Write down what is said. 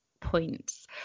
points